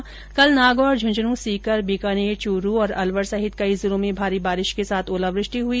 वहीं कल नागौर झुंझुनूं सीकर बीकानेर चूरु और अलवर सहित कई जिलों में भारी बारिश के साथ ओलावृष्टि हई